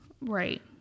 Right